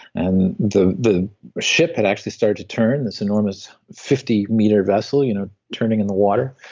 and the the ship had actually started to turn this enormous fifty meter vessel, you know turning in the water.